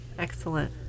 Excellent